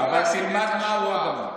אבל תלמד מה הוא עוד אמר: